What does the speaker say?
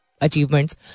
achievements